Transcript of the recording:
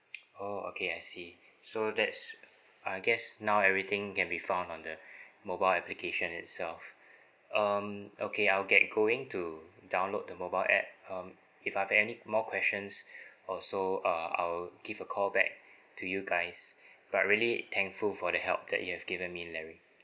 oh okay I see so that's I guess now everything can be found on the mobile application itself um okay I'll get going to download the mobile app um if I've any more questions also uh I'll give a callback to you guys but really thankful for the help that you've given me larry